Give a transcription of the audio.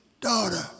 daughter